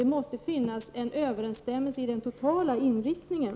Det måste finnas en överensstämmelse i den totala inriktningen.